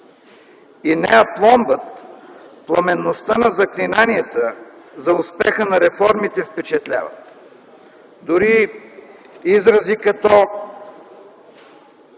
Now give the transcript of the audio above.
И не апломбът, пламенността на заклинанията за успеха на реформите впечатляват. Дори изрази като